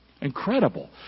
Incredible